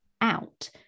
out